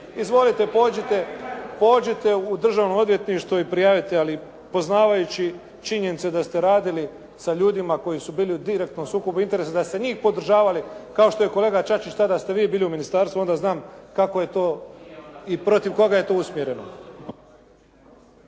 Izvolite pođite u državno odvjetništvo i prijavite. Ali poznavajući činjenice da ste radili sa ljudima koji su bili u direktnom sukobu interesa da ste njih podržavali kao št je kolega Čačić tada ste vi bili u ministarstvu onda znam kako je to i protiv koga je to usmjereno.